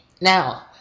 Now